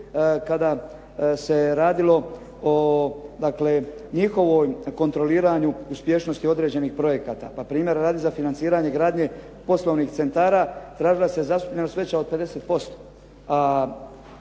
kada se radilo o njihovom kontroliranju uspješnosti određenih projekata. Pa primjera radi za financiranje gradnje poslovnih centara, tražila se zastupljenost veća od 50%,